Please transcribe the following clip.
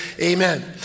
amen